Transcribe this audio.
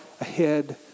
ahead